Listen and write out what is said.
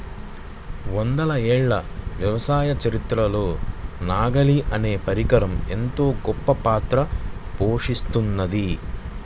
వందల ఏళ్ల వ్యవసాయ చరిత్రలో నాగలి అనే పరికరం ఎంతో గొప్పపాత్ర పోషిత్తున్నది